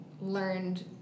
learned